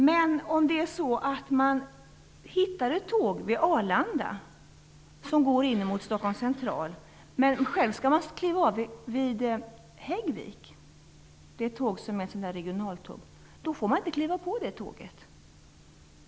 Men om man hittar att tåg vid Arlanda som går in mot Stockholms central och själv vill kliva av vid Häggvik -- det är ett regionaltåg -- får man inte kliva på det tåget.